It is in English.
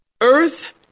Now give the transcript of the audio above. earth